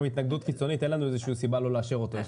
התנגדות קיצונית איזושהי סיבה לא לאשר אותו.